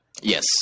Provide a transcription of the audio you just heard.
Yes